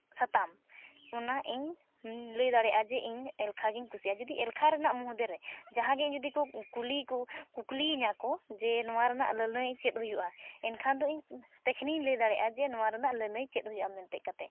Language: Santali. ᱥᱟᱛᱟᱢ ᱚᱱᱟ ᱤᱧ ᱞᱟᱹᱭ ᱫᱟᱲᱮᱭᱟᱜᱼᱟ ᱡᱮ ᱤᱧ ᱮᱞᱠᱷᱟ ᱜᱤᱧ ᱠᱩᱥᱤᱭᱟᱜᱼᱟ ᱡᱩᱫᱤ ᱮᱞᱠᱷᱟ ᱨᱮᱱᱟᱜ ᱢᱚᱫᱽᱫᱷᱮ ᱨᱮ ᱡᱟᱦᱟᱸᱜᱮ ᱡᱩᱫᱤ ᱠᱚ ᱠᱩᱞᱤ ᱠᱚ ᱠᱩᱠᱞᱤᱭᱤᱧᱟᱹ ᱠᱚ ᱡᱮ ᱱᱚᱣᱟ ᱨᱮᱱᱟᱜ ᱞᱟᱹᱱᱟᱹᱭ ᱪᱮᱫ ᱦᱩᱭᱩᱜᱼᱟ ᱮᱱᱠᱷᱟᱱ ᱫᱚ ᱤᱧ ᱛᱚᱠᱷᱚᱱᱤᱧ ᱞᱟᱹᱭ ᱫᱟᱲᱮᱭᱟᱜᱼᱟ ᱡᱮ ᱱᱚᱣᱟ ᱨᱮᱱᱟᱜ ᱞᱟᱹᱭᱱᱟᱹᱭ ᱪᱮᱫ ᱦᱩᱭᱩᱜᱼᱟ ᱢᱮᱱᱛᱮ ᱠᱟᱛᱮᱫ